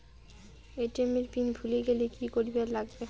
ATM এর pin ভুলি গেলে কি করিবার লাগবে?